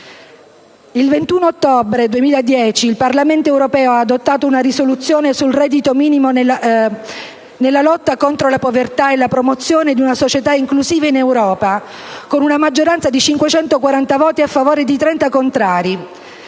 Il 21 ottobre 2010 il Parlamento europeo ha adottato una risoluzione sul reddito minimo nella lotta contro la povertà e la promozione di una società inclusiva in Europa, con 540 voti a favore a fronte di 30 contrari.